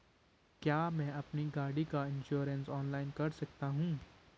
क्या मैं अपनी गाड़ी का इन्श्योरेंस ऑनलाइन कर सकता हूँ?